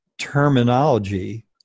terminology